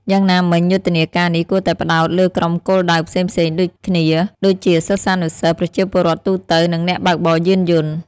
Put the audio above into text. យ៉ាងណាមិញ យុទ្ធនាការនេះគួរតែផ្តោតលើក្រុមគោលដៅផ្សេងៗគ្នា ដូចជាសិស្សានុសិស្ស ប្រជាពលរដ្ឋទូទៅ និងអ្នកបើកបរយានយន្ត។